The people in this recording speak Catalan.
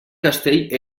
castell